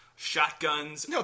shotguns